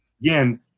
again